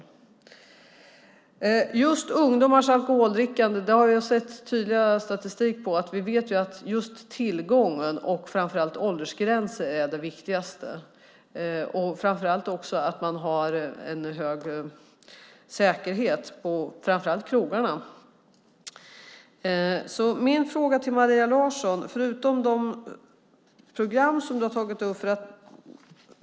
När det gäller ungdomars alkoholdrickande - det har jag sett tydlig statistik på - vet vi att tillgång och, framför allt, åldergräns är det viktigaste. Det handlar också om att man har en hög säkerhet på krogarna. Maria Larsson har tagit upp en del program.